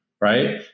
right